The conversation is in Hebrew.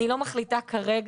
אני לא מחליטה כרגע,